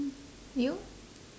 you